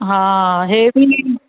हा हे बि